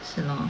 是咯